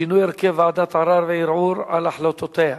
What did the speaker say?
(שינוי הרכב ועדת ערר וערעור על החלטותיה),